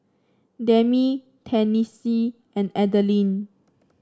Demi Tennessee and Adeline